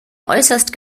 äußerst